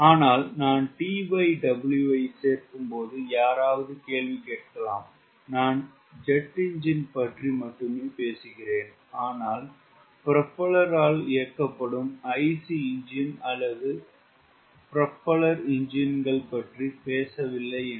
ஆனால் நான் TW ஐ சேர்க்கும்போது யாராவது கேள்வி கேட்கலாம் நான் ஜெட் என்ஜின் பற்றி மட்டுமே பேசுகிறேன் ஆனால் புரோபல்லர் இயக்கப்படும் IC என்ஜின் அல்லது ப்ராப் என்ஜின்கள் பற்றி பேசவில்லை என்று